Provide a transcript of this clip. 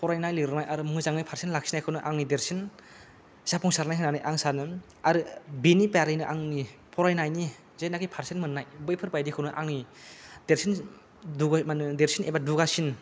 फरायनाय लिरनाय आरो मोजाङै पार्सेन्ट लाखिनायखौनो आंनि देरसिन जाफुंसारनाय होन्नानै आं सानो आरो बेनि बारैनो आंनि फरायनायनि जेनाकि पार्सेन्ट मोननाय बैफोरबायदिखौनो आंनि देरसिन माने देरसिन एबा दुगासिन